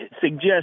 suggest